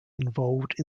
involved